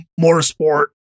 motorsport